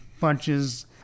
punches